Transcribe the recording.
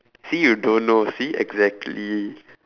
see you don't know see exactly